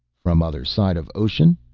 from other side of ocean?